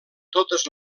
totes